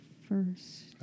First